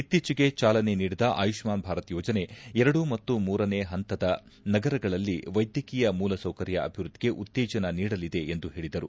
ಇತ್ತೀಚೆಗೆ ಚಾಲನೆ ನೀಡಿದ ಆಯುಷ್ಕಾನ್ ಭಾರತ್ ಯೋಜನೆ ಎರಡು ಮತ್ತು ಮೂರನೆ ಹಂತದ ನಗರಗಳಲ್ಲಿ ವೈದ್ಯಕೀಯ ಮೂಲ ಸೌಕರ್ನ ಅಭಿವೃದ್ದಿಗೆ ಉತ್ತೇಜನ ನೀಡಲಿದೆ ಎಂದು ಹೇಳಿದರು